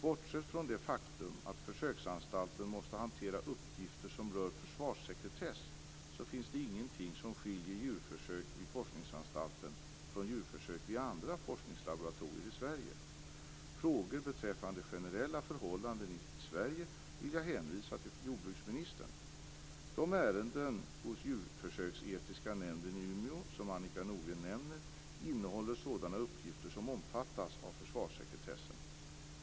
Bortsett från det faktum att försöksanstalten måste hantera uppgifter som rör försvarssekretess finns det ingenting som skiljer djurförsök vid Forskningsanstalten från djurförsök vid andra forskningslaboratorier i Sverige. Frågor beträffande generella förhållanden i Sverige vill jag hänvisa till jordbruksministern. Umeå som Annika Nordgren nämner innehåller sådana uppgifter som omfattas av försvarssekretessen.